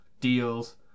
deals